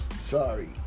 sorry